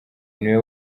niwe